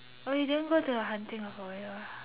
oh you didn't go to the haunting of Oiwa